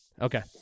Okay